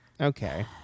Okay